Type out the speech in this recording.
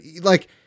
like-